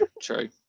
true